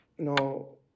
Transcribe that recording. No